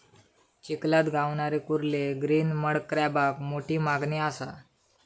चिखलात गावणारे कुर्ले ग्रीन मड क्रॅबाक मोठी मागणी असा